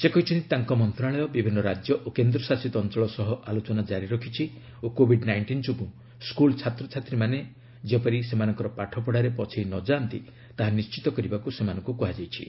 ସେ କହିଛନ୍ତି ତାଙ୍କ ମନ୍ତ୍ରଣାଳୟ ବିଭିନ୍ନ ରାଜ୍ୟ ଓ କେନ୍ଦ୍ରଶାସିତ ଅଞ୍ଚଳ ସହ ଆଲୋଚନା ଜାରି ରଖିଛି ଓ କୋବିଡ୍ ନାଇଷ୍ଟିନ୍ ଯୋଗୁଁ ସ୍କୁଲ୍ ଛାତ୍ରଛାତ୍ରୀମାନେ ଯେପରି ସେମାନଙ୍କର ପାଠପଢ଼ାରେ ପଛେଇ ନଯାଆନ୍ତି ତାହା ନିଶ୍ଚିତ କରିବାକୁ ସେମାନଙ୍କୁ କୁହାଯାଇଛି